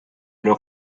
leur